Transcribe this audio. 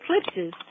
eclipses